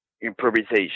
improvisation